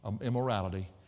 immorality